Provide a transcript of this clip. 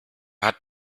hat